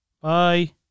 Bye